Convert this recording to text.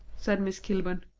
said miss kilburn.